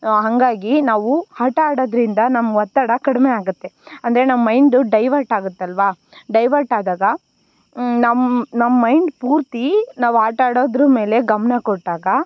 ಹಾಗಾಗಿ ನಾವು ಆಟ ಆಡೋದರಿಂದ ನಮ್ಮ ಒತ್ತಡ ಕಡಿಮೆ ಆಗುತ್ತೆ ಅಂದರೆ ನಮ್ಮ ಮೈಂಡು ಡೈವರ್ಟ್ ಆಗುತ್ತಲ್ವಾ ಡೈವರ್ಟ್ ಆದಾಗ ನಮ್ಮ ನಮ್ಮ ಮೈಂಡ್ ಪೂರ್ತಿ ನಾವು ಆಟಾಡೋದ್ರ ಮೇಲೆ ಗಮನ ಕೊಟ್ಟಾಗ